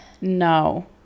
no